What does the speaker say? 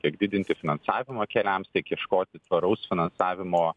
tiek didinti finansavimą keliams tiek ieškoti tvaraus finansavimo